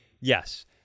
yes